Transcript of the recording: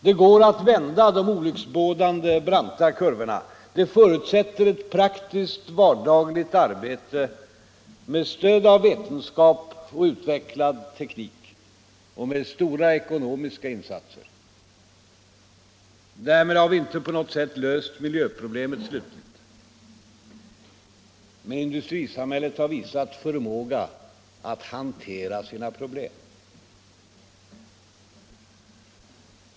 Det går att vända de olycksbådande branta kurvorna. Det förutsätter ett praktiskt vardagligt arbete med stöd av vetenskap och utvecklad teknik och med stora ekonomiska insatser. Därmed har vi inte på något sätt löst miljöproblemet slutligt. Men industrisamhället har visat förmåga att hantera sina problem.